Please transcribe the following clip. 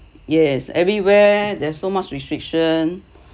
yes everywhere there's so much restriction